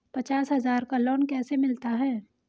पचास हज़ार का लोन कैसे मिलता है?